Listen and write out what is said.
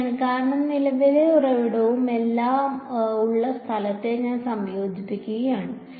ശരിയാണ് കാരണം നിലവിലെ ഉറവിടവും എല്ലാം ഉള്ള സ്ഥലത്തെ ഞാൻ സംയോജിപ്പിക്കുകയാണ്